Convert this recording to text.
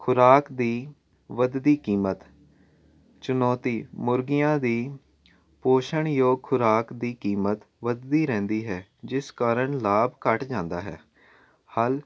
ਖੁਰਾਕ ਦੀ ਵਧਦੀ ਕੀਮਤ ਚੁਨੌਤੀ ਮੁਰਗੀਆਂ ਦੀ ਪੋਸ਼ਣ ਯੋਗ ਖੁਰਾਕ ਦੀ ਕੀਮਤ ਵਧਦੀ ਰਹਿੰਦੀ ਹੈ ਜਿਸ ਕਾਰਨ ਲਾਭ ਘੱਟ ਜਾਂਦਾ ਹੈ ਹਲ